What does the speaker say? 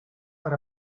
per